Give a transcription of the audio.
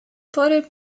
pory